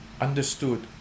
understood